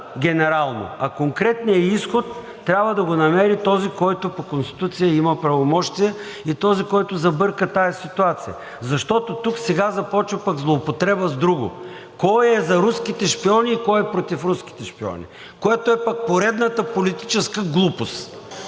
А конкретният изход трябва да го намери този, който по Конституцията има правомощия, и този, който забърка тази ситуация. Защото тук сега започва злоупотреба с друго – кой е за руските шпиони и кой е против руските шпиони, което е пък поредната политическа глупост,